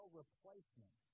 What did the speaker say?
replacement